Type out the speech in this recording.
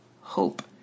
hope